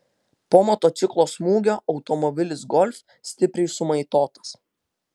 po motociklo smūgio automobilis golf stipriai sumaitotas